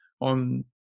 on